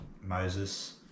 Moses